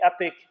epic